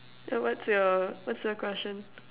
ya what's your what's your question